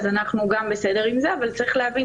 אנחנו גם בסדר עם זה אבל צריך להבין